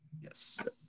Yes